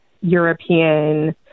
European